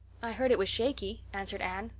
i heard it was shaky, answered anne.